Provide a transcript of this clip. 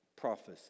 Prophecy